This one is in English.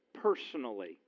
personally